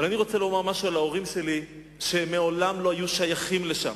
אבל אני רוצה לומר משהו על ההורים שלי שמעולם לא היו שייכים לשם.